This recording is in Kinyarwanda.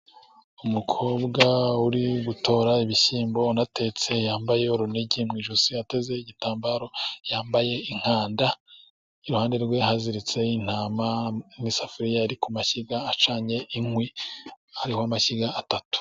Umukobwa uri gutora ibishyimbo unatetse yambaye urunigi mu ijosi yateze igitambaro yambaye inkanda, iruhande rwe haziritse intama n'isafuriya iri ku mashyiga acanye inkwi hariho amashyiga atatu.